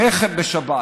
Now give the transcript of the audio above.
לחם בשבת,